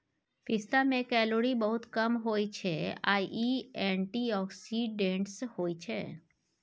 पिस्ता मे केलौरी बहुत कम होइ छै आ इ एंटीआक्सीडेंट्स होइ छै